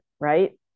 right